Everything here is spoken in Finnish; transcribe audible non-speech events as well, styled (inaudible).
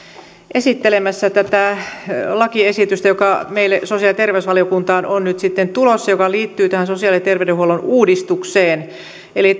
esittelemässä tätä lakiesitystä joka meille sosiaali ja terveysvaliokuntaan on nyt sitten tulossa ja joka liittyy tähän sosiaali ja terveydenhuollon uudistukseen eli (unintelligible)